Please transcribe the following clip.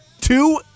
two